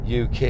UK